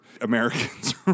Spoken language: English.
Americans